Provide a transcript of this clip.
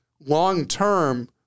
long-term